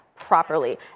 properly